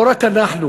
לא רק אנחנו,